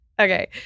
Okay